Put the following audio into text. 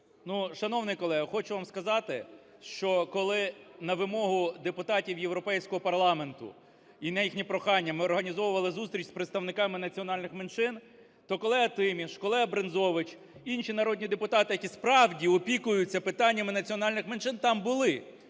Шановний колега, хочу вам сказати, що коли на вимогу депутатів Європейського парламенту і на їхнє прохання ми організовували зустріч з представниками національних меншин, то колега Тіміш, колега Брензович, інші народні депутати, які справді опікуються питаннями національних меншин, там були.